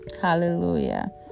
Hallelujah